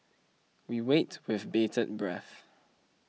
we wait with bated breath